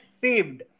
saved